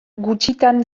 gutxitan